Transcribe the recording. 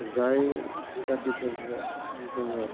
जाय खाथि फोरबोआव जोङो